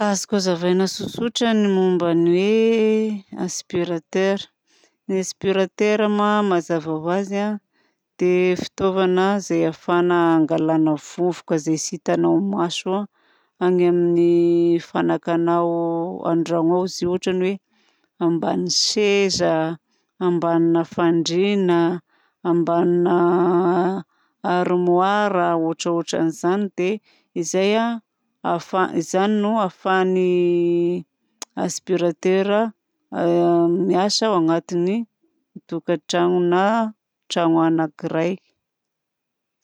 Azoko hazavaina tsotsotra ny momba ny hoe aspiratera. Ny aspiratera moa mazava ho azy a dia fitaovana izay ahafahana hangalana vovoka izay tsy hitanao maso any amin'ny fanaka anao an-dragno ao izy io ohatra ny hoe ambany seza ambanina fandriana ambanina armoara ôtraôtran'izany. Dia izay a zany no ahafahan'ny aspiratera miasa ao agnaty ny tokantranona trano anankiray.